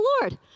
Lord